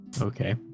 okay